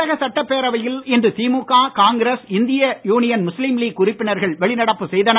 தமிழக சட்டப்பேரவையில் இன்று திமுக காங்கிரஸ் இந்திய முஸ்லீம் லீக் உறுப்பினர்கள் வெளிநடப்பு செய்தனர்